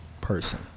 person